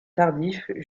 tardifs